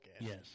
Yes